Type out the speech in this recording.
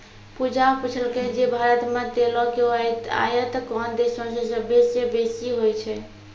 पूजा पुछलकै जे भारत मे तेलो के आयात कोन देशो से सभ्भे से बेसी होय छै?